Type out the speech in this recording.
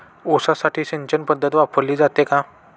ऊसासाठी सिंचन पद्धत वापरली जाते का?